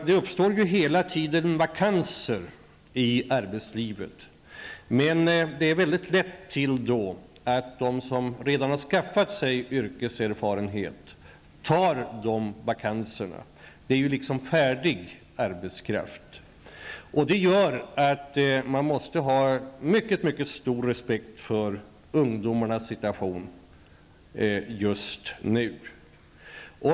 Det uppstår hela tiden vakanser i arbetslivet, och det är lätt för dem som redan har skaffat sig yrkeserfarenhet att få de vakanserna, eftersom det är fråga om färdig arbetskraft. Det gör att vi måste ha mycket stor respekt för ungdomarnas situation just nu.